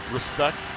Respect